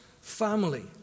family